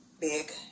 big